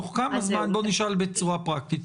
נשאל בצורה פרקטית,